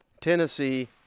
tennessee